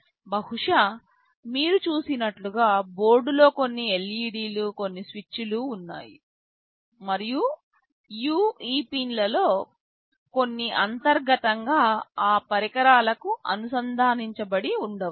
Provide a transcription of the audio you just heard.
బహుశా మీరు చూసినట్లుగా బోర్డులో కొన్ని LED లు కొన్ని స్విచ్లు ఉన్నాయి మరియు యు ఈ పిన్లలో కొన్ని అంతర్గతంగా ఆ పరికరాలకు అనుసంధానించబడి ఉండవచ్చు